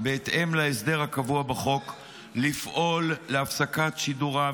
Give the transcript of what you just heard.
בהתאם להסדר הקבוע בחוק לפעול להפסקת שידוריו